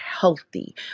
healthy